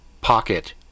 pocket